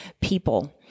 people